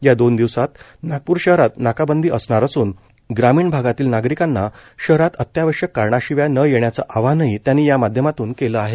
या दोन दिवसात नागपूर शहरात नाकाबंदी असणार असून ग्रामीण भागातील नागरिकांना शहरात अत्यावश्यक कारणाशिवाय न येण्याच आवाहनही त्यांनी यामाध्यमातून केलं आहे